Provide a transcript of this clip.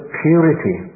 purity